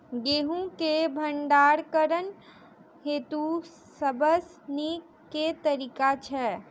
गेंहूँ केँ भण्डारण हेतु सबसँ नीक केँ तरीका छै?